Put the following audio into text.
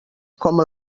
com